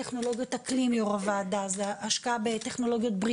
זו השקעה בטכנולוגיות אקלים,